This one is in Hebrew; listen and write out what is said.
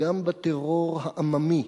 גם ב"טרור העממי",